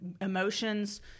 emotions